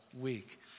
week